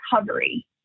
recovery